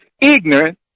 ignorant